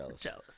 Jealous